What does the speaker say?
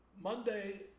Monday